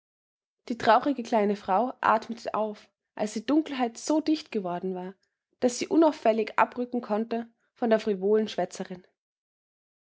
die traurige kleine frau atmete auf als die dunkelheit so dicht geworden war daß sie unauffällig abrücken konnte von der frivolen schwätzerin